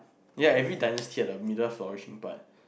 yeah every dynasty have the middle flourishing part